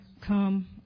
come